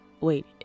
wait